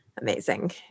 amazing